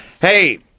Hey